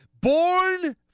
Born